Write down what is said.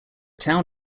town